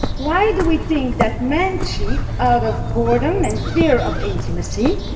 why do we think that men cheat out of boredom and fear of intimacy,